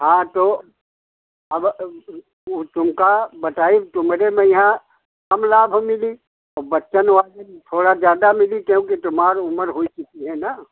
हाँ तो अब तुमका बताइ तुमरे में यहाँ कम लाभ मिली और बच्चे वाले में थोड़ा ज़्यादा मिली क्योंकि तुम्हारी उम्र हो चुकी है ना